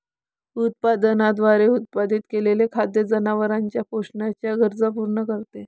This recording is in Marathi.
उत्पादनाद्वारे उत्पादित केलेले खाद्य जनावरांच्या पोषणाच्या गरजा पूर्ण करते